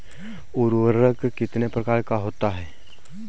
उर्वरक कितने प्रकार का होता है?